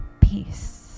Peace